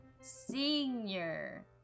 senior